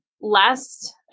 last